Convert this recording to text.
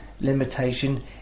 limitation